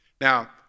Now